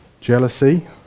jealousy